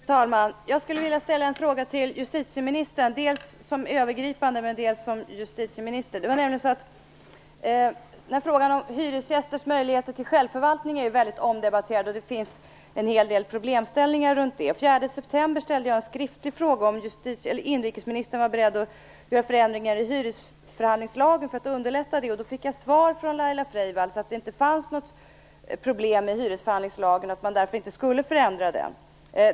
Fru talman! Jag skulle vilja ställa en fråga till justitieministern som både är övergripande och berör hennes eget område. Frågan om hyresgästers möjligheter till självförvaltning är väldigt omdebatterad, och det finns en hel del problem runt detta. Den 4 september ställde jag en skriftlig fråga om inrikesministern var beredd att göra förändringar i hyresförhandlingslagen för att underlätta detta. Jag fick då svaret från Laila Freivalds att det inte fanns något problem i hyresförhandlingslagen och att man därför inte skulle förändra den.